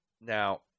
Now